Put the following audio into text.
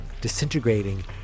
disintegrating